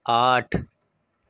آٹھ